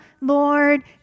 Lord